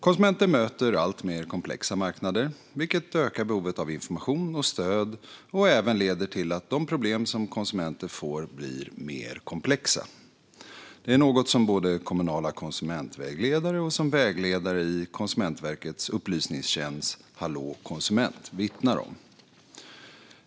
Konsumenter möter alltmer komplexa marknader, vilket ökar behovet av information och stöd och även leder till att de problem som konsumenter får blir mer komplexa. Det är något som både kommunala konsumentvägledare och vägledare i Konsumentverkets upplysningstjänst Hallå konsument vittnar om.